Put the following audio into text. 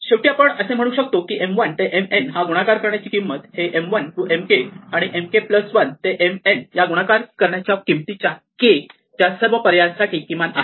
शेवटी आपण असे म्हणू शकतो की M1 ते Mn हा गुणाकार करण्याची किंमत ही M1 ते Mk आणि Mk 1 ते Mn या गुणाकार करण्याच्या किमतीच्या K च्या सर्व पर्यायांसाठी किमान आहे